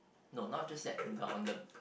no not just that the on the